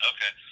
Okay